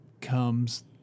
comes